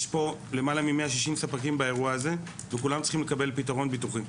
יש פה למעלה מ-160 ספקים באירוע הזה וכולם צריכים לקבל פתרון ביטוחים.